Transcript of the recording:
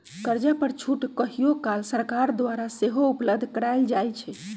कर्जा पर छूट कहियो काल सरकार द्वारा सेहो उपलब्ध करायल जाइ छइ